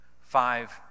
five